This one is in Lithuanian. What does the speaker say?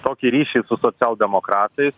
tokį ryšį su socialdemokratais